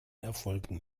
erfolgen